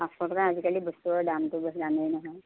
পাঁচশ টকা আজিকালি বস্তুবোৰৰ দামটো জানেই নহয়